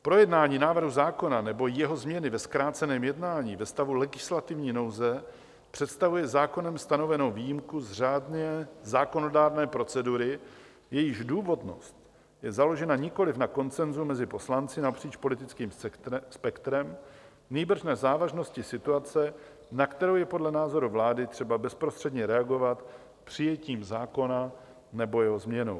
Projednání návrhu zákona nebo jeho změny ve zkráceném jednání ve stavu legislativní nouze představuje zákonem stanovenou výjimku z řádné zákonodárné procedury, jejíž důvodnost je založena nikoliv na konsenzu mezi poslanci napříč politickým spektrem, nýbrž na závažnosti situace, na kterou je podle názoru vlády třeba bezprostředně reagovat přijetím zákona nebo jeho změnou.